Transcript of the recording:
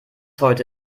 heute